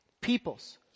peoples